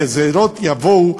כי הגזירות יבואו,